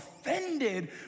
offended